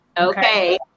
Okay